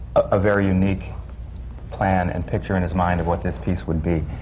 a very unique plan and picture in his mind of what this piece would be.